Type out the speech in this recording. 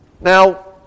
Now